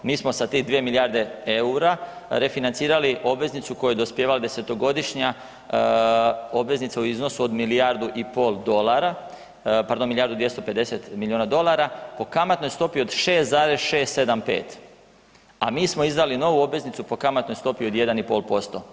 Mi smo sa tih 2 milijarde eura refinancirali obveznicu koja je dopjevala desetogodišnja obveznica u iznosu od milijardu i pol dolara, pardon, milijardu i 250 milijuna dolara, po kamatnoj stopi od 6,675, a mi smo izdali novu obveznicu po kamatnoj stopi od 1,5%